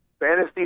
fantasy